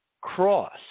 cross